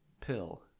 Pill